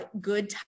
good